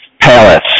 palace